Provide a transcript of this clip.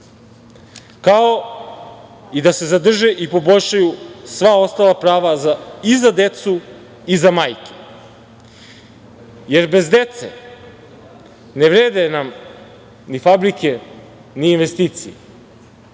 kao i da se zadrže i poboljšaju sva ostala prava i za decu i za majke, jer bez dece ne vrede nam ni fabrike ni investicije. Mi